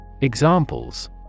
Examples